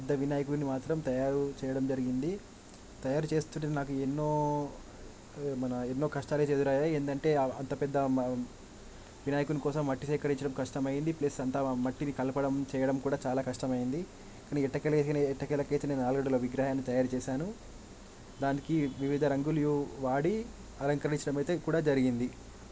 ఒక పెద్ద వినాయకుడిని మాత్రం తయారు చేయడం జరిగింది తయారు చేస్తుంటే నాకు ఎన్నో మన ఎన్నో కష్టాలు అయితే ఎదురయ్యాయి ఏంటంటే అంత పెద్ద వినాయకుడిని కోసం మట్టి సేకరించడం కష్టమైంది ప్లస్ అంత మట్టిని కలపడం చేయడం కూడా చాలా కష్టమైంది కానీ ఎట్టకేలకిని ఎట్టకేలకైతే నేను ఆరడుగుల విగ్రహాన్ని తయారు చేశాను దానికి వివిధ రంగులు వాడి అలంకరించడమైతే కూడా జరిగింది